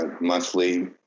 monthly